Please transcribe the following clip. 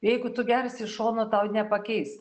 jeigu tu gersi iš šono tau nepakeis